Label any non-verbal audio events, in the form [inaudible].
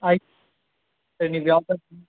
ಆಯ್ತು ಸರ್ [unintelligible]